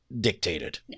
Dictated